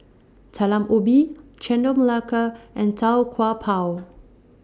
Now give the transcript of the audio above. Talam Ubi Chendol Melaka and Tau Kwa Pau